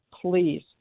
please